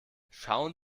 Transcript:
schauen